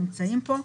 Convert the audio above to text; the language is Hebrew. נמצאים פה,